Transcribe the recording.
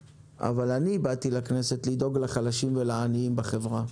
אבל אני באתי לכנסת לדאוג לחלשים ולעניים בחברה,